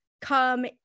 come